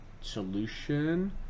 Solution